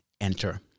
enter